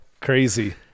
crazy